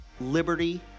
liberty